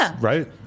right